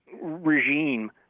regime